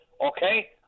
Okay